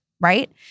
right